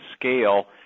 scale